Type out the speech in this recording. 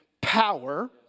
power